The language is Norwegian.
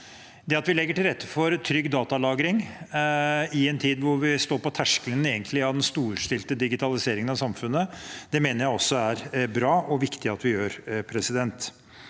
Det at vi legger til rette for trygg datalagring i en tid da vi egentlig står på terskelen til en storstilt digitalisering av samfunnet, mener jeg også er bra og viktig at vi gjør. Så er det